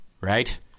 right